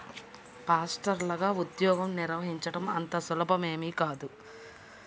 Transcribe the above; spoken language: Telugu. ఫారెస్టర్లగా ఉద్యోగం నిర్వహించడం అంత సులభమేమీ కాదు